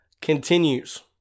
continues